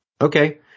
okay